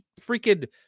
freaking